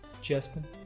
Justin